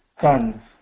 done